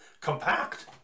compact